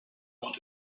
want